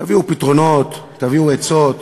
תביאו פתרונות, תביאו עצות,